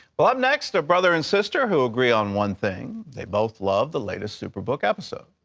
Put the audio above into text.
well, up next, a brother and sister who agree on one thing. they both love the latest superbook episodes.